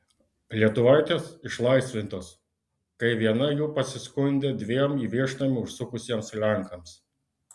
lietuvaitės išlaisvintos kai viena jų pasiskundė dviem į viešnamį užsukusiems lenkams